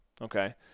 Okay